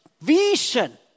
vision